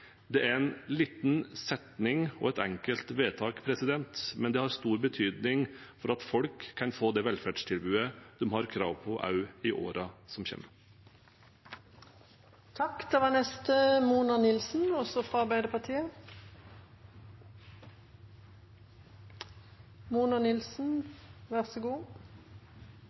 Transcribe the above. Det er en liten setning og et enkelt vedtak, men det har stor betydning for at folk kan få det velferdstilbudet de har krav på, også i årene som kommer. De unge er framtiden vår. Da er det